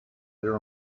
their